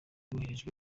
boherejwe